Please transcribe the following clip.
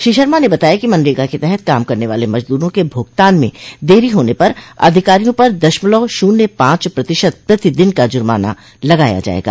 श्री शर्मा ने बताया कि मनरेगा के तहत काम करने वाले मजदूरों के भुगतान में देरी होने पर अधिकारियों पर दशमलव शून्य पांच प्रतिशत प्रतिदिन का जुर्माना लगाया जायेगा